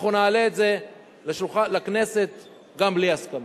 אנחנו נעלה את זה לכנסת גם בלי הסכמה.